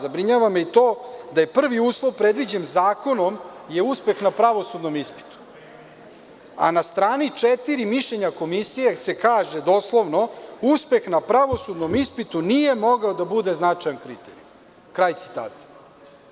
Zabrinjava me i to da je prvi uslov predviđen zakonom uspeh na pravosudnom ispitu, a na strani četiri – mišljenja komisije, kaže se doslovno – uspeh na pravosudnom ispitu nije mogao da bude značajan kriterijum, kraj citata.